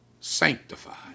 sanctified